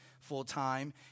full-time